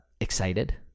excited